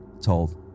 Told